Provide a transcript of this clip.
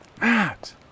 Matt